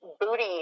booty